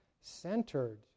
centered